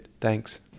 thanks